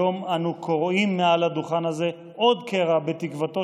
היום אנו קורעים מעל הדוכן הזה עוד קרע בתקוותו